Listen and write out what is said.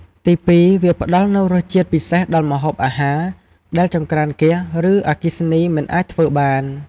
ទីពីរ វាផ្ដល់នូវរសជាតិពិសេសដល់ម្ហូបអាហារ ដែលចង្ក្រានហ្គាស ឬអគ្គិសនីមិនអាចធ្វើបាន។